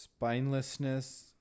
spinelessness